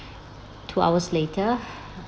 two hours later